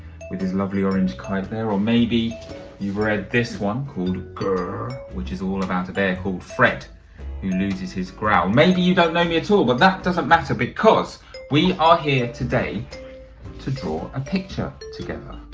with his lovely orange kite there or maybe you've read this one called grrrrr which is all about a bear called fred who loses his growl. maybe you don't know me at all but that doesn't matter because we are here today to draw a picture together.